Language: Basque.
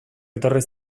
etorri